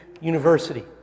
University